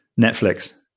Netflix